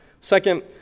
Second